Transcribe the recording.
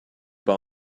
par